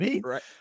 Right